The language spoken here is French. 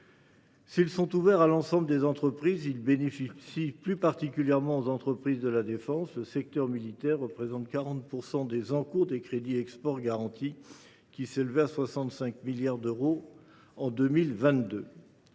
S’ils sont ouverts à l’ensemble des sociétés, ils bénéficient plus particulièrement aux entreprises de la défense. Le secteur militaire représente 40 % des encours de crédits export garantis, qui s’élevaient à 65 milliards d’euros en 2022.